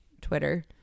Twitter